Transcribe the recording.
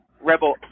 Rebel